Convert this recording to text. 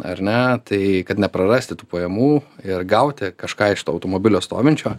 ar ne tai kad neprarasti tų pajamų ir gauti kažką iš to automobilio stovinčio